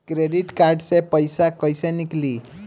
Credit card से पईसा केइसे निकली?